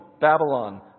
Babylon